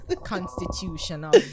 constitutional